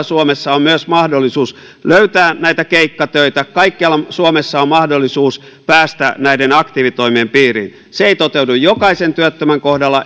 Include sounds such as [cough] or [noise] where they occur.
[unintelligible] suomessa on myös mahdollisuus löytää keikkatöitä kaikkialla suomessa on mahdollisuus päästä aktiivitoimien piiriin se ei toteudu jokaisen työttömän kohdalla